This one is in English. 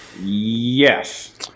Yes